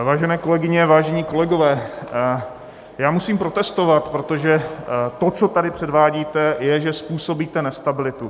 Vážené kolegyně, vážení kolegové, já musím protestovat, protože to, co tady předvádíte, je, že způsobíte nestabilitu.